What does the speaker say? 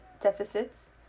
deficits